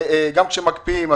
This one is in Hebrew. גם כשמקפיאים,